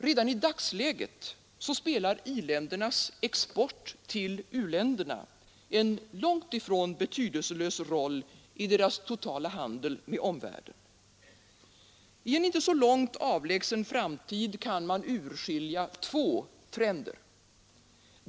Redan i dagsläget spelar i-ländernas export till u-länderna en långt ifrån betydelselös roll i deras totala handel med omvärlden. I en inte så avlägsen framtid kan man urskilja två trender.